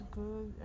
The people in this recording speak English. good